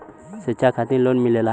शिक्षा खातिन लोन मिलेला?